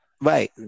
Right